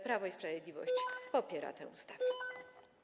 Prawo i Sprawiedliwość popiera tę ustawę.